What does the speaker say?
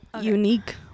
unique